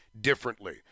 differently